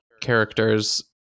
characters